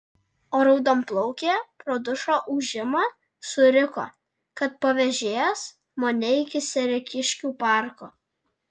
o raudonplaukė pro dušo ūžimą suriko kad pavėžės mane iki sereikiškių parko